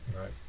Right